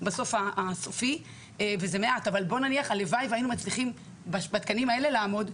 אבל הלוואי והיינו מצליחים לעמוד בתקנים האלה.